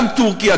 גם טורקיה,